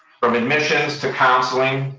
from admissions to counseling,